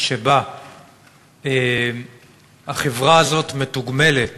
שבה החברה הזאת מתוגמלת